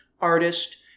artist